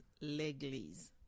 l'église